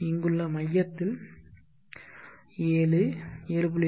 இங்குள்ள மையத்தில் 7 7